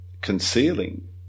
concealing